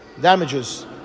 damages